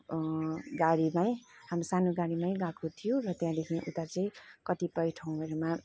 गाडीमै हाम्रो सानो गाडीमै गएको थियौँ र त्यहाँदेखि उता चाहिँ कतिपय ठाउँहरूमा